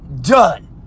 done